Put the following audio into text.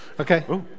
Okay